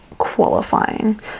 qualifying